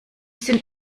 sind